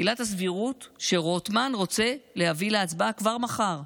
עילת הסבירות שרוטמן רוצה להביא להצבעה כבר מחר.